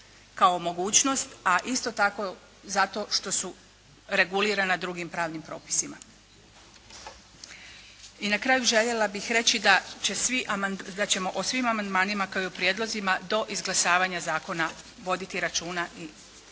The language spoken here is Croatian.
kao mogućnost, a isto tako zato što su regulirana drugim pravnim propisima. I na kraju željela bih reći da ćemo o svim amandmanima kao i o prijedlozima do izglasavanja zakona voditi računa i uvrstiti